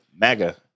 Mega